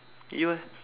you eh